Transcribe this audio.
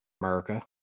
America